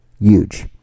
huge